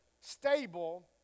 stable